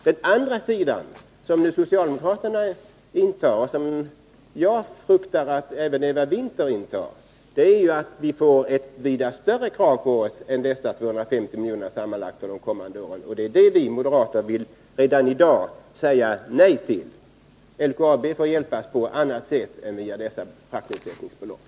Den andra ståndpunkten, som socialdemokraterna intar och som jag Nr 53 fruktar att även Eva Winther intar, betyder att vi får ett vida större krav på oss under de kommande åren än dessa sammanlagt 250 milj.kr. Det är det vi moderater redan i dag vill säga nej till. LKAB får hjälpas på annat sätt en via sådana fraktnedsättningsbelopp.